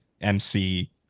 MC